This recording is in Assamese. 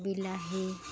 বিলাহী